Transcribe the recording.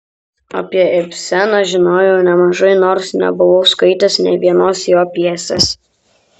apie ibseną žinojau nemažai nors nebuvau skaitęs nė vienos jo pjesės